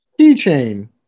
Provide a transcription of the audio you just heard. keychain